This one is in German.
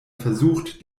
versucht